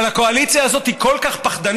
אבל הקואליציה הזאת היא כל כך פחדנית,